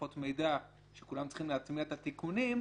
מערכות מידע שכולם צריכים להטמיע את התיקונים,